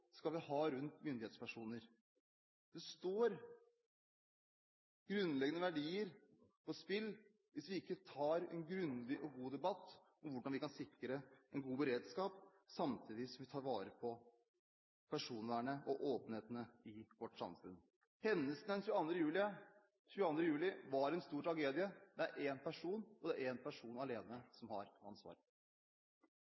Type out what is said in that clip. skal vi ha rundt myndighetspersoner? Det står grunnleggende verdier på spill hvis vi ikke tar en grundig og god debatt om hvordan vi kan sikre en god beredskap, samtidig som vi tar vare på personvernet og åpenheten i vårt samfunn. Hendelsene 22. juli var en stor tragedie. Det er én person, og én person alene,